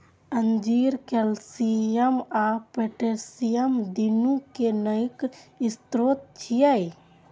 अंजीर कैल्शियम आ पोटेशियम, दुनू के नीक स्रोत छियै